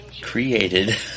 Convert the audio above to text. Created